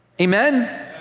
Amen